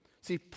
See